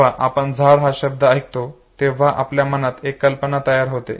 जेव्हा आपण झाड हा शब्द ऐकतो तेव्हा आपल्या मनात एक कल्पना तयार होते